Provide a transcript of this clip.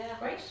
Great